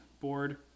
board